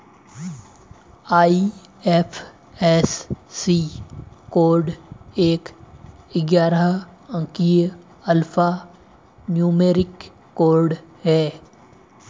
IFSC code एक ग्यारह अंकीय अल्फा न्यूमेरिक कोड है